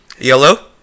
Yellow